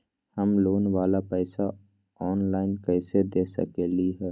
हम लोन वाला पैसा ऑनलाइन कईसे दे सकेलि ह?